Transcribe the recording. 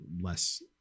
less